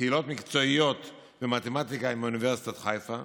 קהילות מקצועיות במתמטיקה עם אוניברסיטת חיפה,